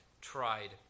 tried